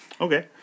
Okay